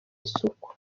isuku